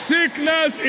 Sickness